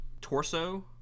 torso